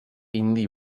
indi